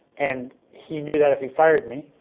and he knew that if he fired me